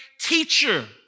teacher